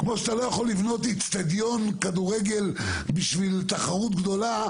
כפי שאתה לא יכול לבנות אצטדיון כדורגל בשביל תחרות גדולה,